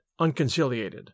unconciliated